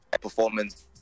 performance